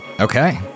Okay